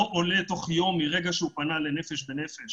לא עולה תוך יום מרגע שהוא פנה ל"נפש בנפש".